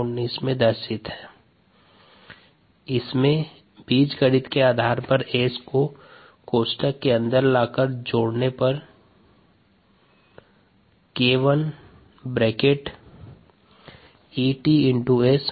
k1Et ESSk2k3ES बीजगणित के आधार पर S को कोष्टक के अन्दर लाकर जोड़ने पर k1EtS k1ESSk2k3ES प्राप्त होता है